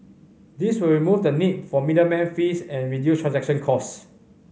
this will remove the need for middleman fees and reduce transaction cost